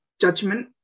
judgment